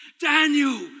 Daniel